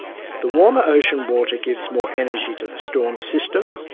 the warmer ocean water gives more energy to the storm system,